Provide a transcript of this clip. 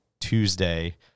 tuesday